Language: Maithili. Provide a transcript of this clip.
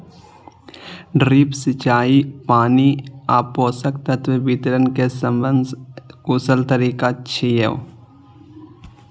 ड्रिप सिंचाई पानि आ पोषक तत्व वितरण के सबसं कुशल तरीका छियै